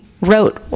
wrote